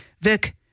Vic